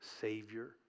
Savior